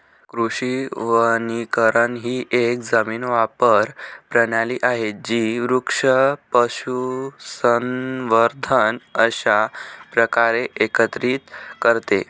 कृषी वनीकरण ही एक जमीन वापर प्रणाली आहे जी वृक्ष, पशुसंवर्धन अशा प्रकारे एकत्रित करते